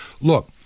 Look